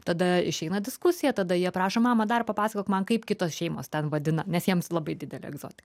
tada išeina diskusija tada jie prašo mama dar papasakok man kaip kitos šeimos ten vadina nes jiems labai didelė egzotika